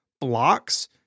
blocks